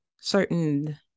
certain